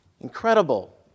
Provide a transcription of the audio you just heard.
Incredible